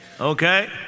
okay